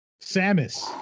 Samus